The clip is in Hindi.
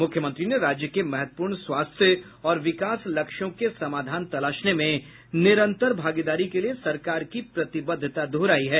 मुख्यमंत्री ने राज्य के महत्वपूर्ण स्वास्थ्य और विकास लक्ष्यों के समाधान तलाशने में निरंतर भागीदारी के लिए सरकार की प्रतिबद्वता दोहराई है